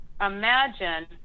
imagine